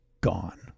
gone